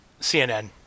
CNN